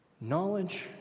Knowledge